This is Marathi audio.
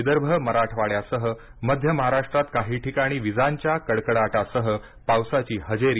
विदर्भ मराठवाड्यासह मध्य महाराष्ट्रात काही ठिकाणी विजांच्या कडकडाटासह पावसाची हजेरी